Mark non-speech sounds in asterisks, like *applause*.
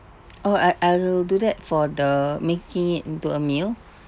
oh I I'll do that for the making it into a meal *breath*